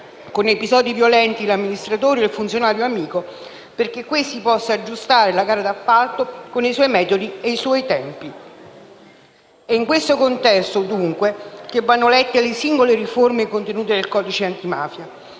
con episodi violenti l'amministratore o il funzionario amico, perché questi possa aggiustare la gara d'appalto con i suoi metodi e i suoi tempi. È in questo contesto, dunque, che vanno lette le singole riforme contenute nel codice antimafia.